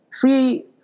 free